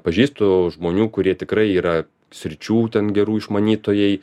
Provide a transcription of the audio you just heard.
pažįstu žmonių kurie tikrai yra sričių ten gerų išmanytojai